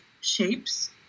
shapes